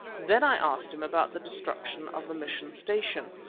then i asked him about the destruction of the mission station,